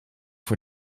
voor